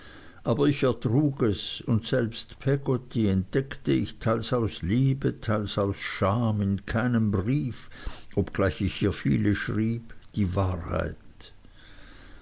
aber ich ertrug es und selbst peggotty entdeckte ich teils aus liebe teils aus scham in keinem brief obgleich ich ihr viele schrieb die wahrheit